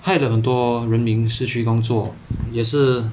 害了很多人民失去工作也是